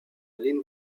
ligne